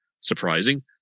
surprising